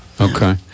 Okay